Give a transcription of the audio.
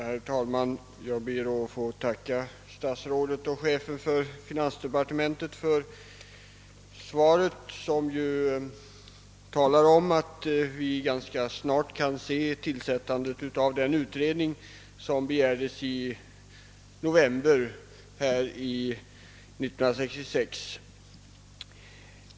Herr talman! Jag ber att få tacka statsrådet och chefen för finansdepartementet för svaret, där han talar om att vi ganska snart kan emotse tillsättandet av den utredning som begärdes i november 1966.